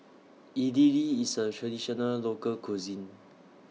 Idili IS A Traditional Local Cuisine